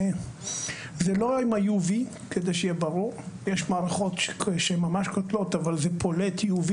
יש מערכות שהן ממש קוטלות אבל זה פולטUV